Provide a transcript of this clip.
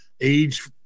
age